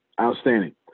Outstanding